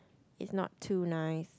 it's not too nice